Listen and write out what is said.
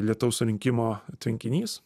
lietaus surinkimo tvenkinys